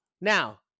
Now